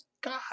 God